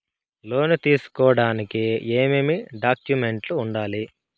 లోను తీసుకోడానికి ఏమేమి డాక్యుమెంట్లు ఉండాలి